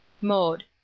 Mode